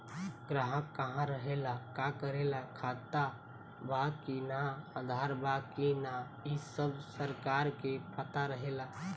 ग्राहक कहा रहेला, का करेला, खाता बा कि ना, आधार बा कि ना इ सब सरकार के पता रहेला